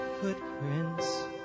footprints